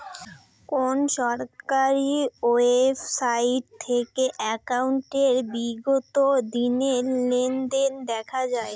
কোন সরকারি ওয়েবসাইট থেকে একাউন্টের বিগত দিনের লেনদেন দেখা যায়?